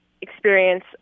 experience